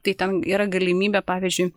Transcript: tai ten yra galimybė pavyzdžiui